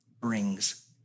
brings